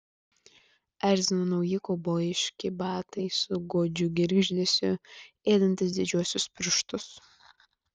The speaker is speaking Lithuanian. erzino nauji kaubojiški batai su godžiu girgždesiu ėdantys didžiuosius pirštus